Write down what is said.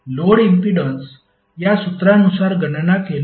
तर load impedance या सूत्रानुसार गणना केले जाऊ शकते